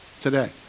today